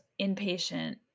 inpatient